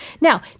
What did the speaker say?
Now